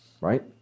right